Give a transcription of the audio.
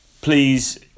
please